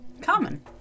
common